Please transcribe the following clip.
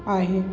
आहे